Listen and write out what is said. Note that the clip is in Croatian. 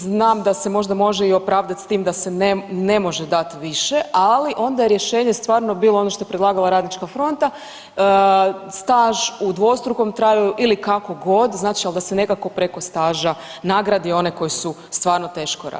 Znam da se možda može i opravdati s tim da se ne može dati više, ali onda je rješenje stvarno bilo ono što je predlagala Radnička fronta, staž u dvostrukom trajanju ili kako god, znači ali da se nekako preko staža nagradi one koji su stvarno teško radili.